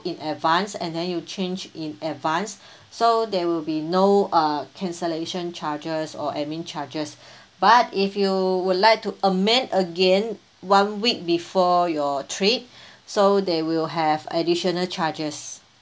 in advance and then you changed in advance so there will be no uh cancellation charges or admin charges but if you would like to amend again one week before your trip so there will have additional charges